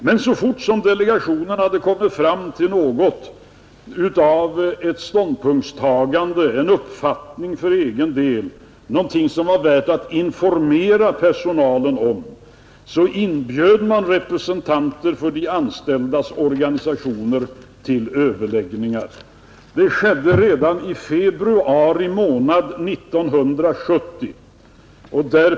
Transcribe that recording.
Men så fort som delegationen hade kommit fram till något utav ett ståndpunktstagande, en uppfattning för egen del, någonting som var värt att informera personalen om, så inbjöd man representanter för de anställdas organisationer till överläggningar. Det skedde redan i februari månad 1970.